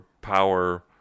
power